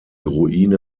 ruine